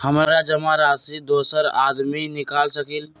हमरा जमा राशि दोसर आदमी निकाल सकील?